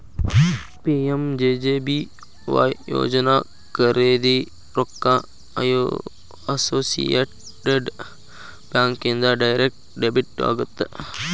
PMJJBY ಯೋಜನಾ ಖರೇದಿ ರೊಕ್ಕ ಅಸೋಸಿಯೇಟೆಡ್ ಬ್ಯಾಂಕ್ ಇಂದ ಡೈರೆಕ್ಟ್ ಡೆಬಿಟ್ ಆಗತ್ತ